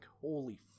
holy